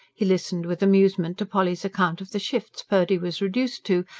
he listened with amusement to polly's account of the shifts purdy was reduced to,